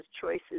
choices